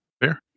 Fair